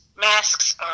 masks